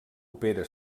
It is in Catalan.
opera